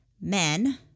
men